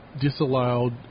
disallowed